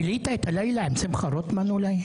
בילית את הלילה עם שמחה רוטמן אולי?